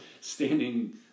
standing